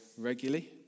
regularly